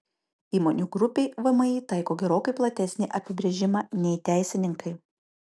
įmonių grupei vmi taiko gerokai platesnį apibrėžimą nei teisininkai